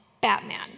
Batman